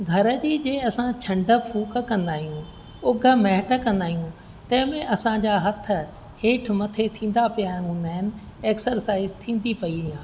घर जी जंहिं असां छंड फूक कंदा आहियूं उघ मैट कंदा आहियूं तए में असां जा हथ हेठ मथे थींदा पिया हूंदा आहिनि एक्सरसाइज़ थींदी पेई आहे